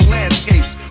landscapes